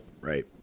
right